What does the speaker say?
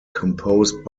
composed